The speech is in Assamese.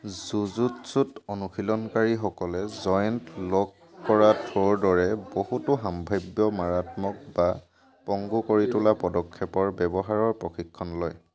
জুজুটছুত অনুশীলনকাৰীসকলে জয়েন্ট লক কৰা থ্ৰ'ৰ দৰে বহুতো সাম্ভাৱ্য মাৰাত্মক বা পংগু কৰি তোলা পদক্ষেপৰ ব্যৱহাৰৰ প্ৰশিক্ষণ লয়